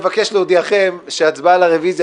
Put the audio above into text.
אני מבקש להודיעכם שההצבעה על הרביזיה